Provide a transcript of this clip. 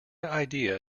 idea